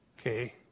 Okay